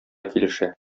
килешә